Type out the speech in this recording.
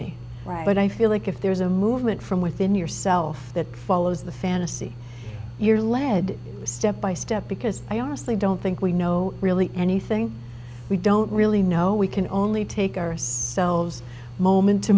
me but i feel like if there's a movement from within yourself that follows the fantasy you're led step by step because i honestly don't think we know really anything we don't really know we can only take our selves moment to